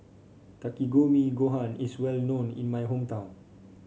Takikomi Gohan is well known in my hometown